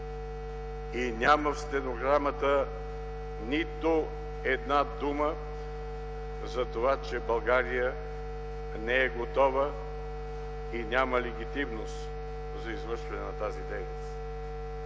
и в стенограмата няма нито една дума за това, че България не е готова и няма легитимност за извършване на тази дейност.